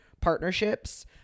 partnerships